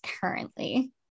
currently